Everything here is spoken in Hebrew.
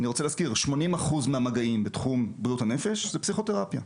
אני רוצה להזכיר: 80 אחוז מהמגעים בתחום בריאות הנפש זו פסיכותרפיה.